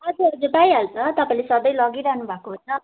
हजुर हजुर पाइहाल्छ तपाईँले सधैँ लगिरहनु भएको हो त